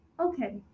Okay